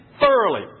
thoroughly